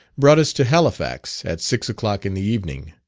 brought us to halifax, at six o'clock in the evening.